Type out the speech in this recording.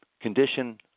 condition